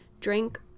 Drink